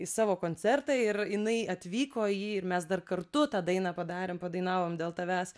į savo koncertą ir jinai atvyko į jį ir mes dar kartu tą dainą padarėm padainavom dėl tavęs